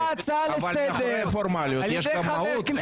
מאחורי פורמליות יש גם מהות.